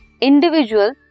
individual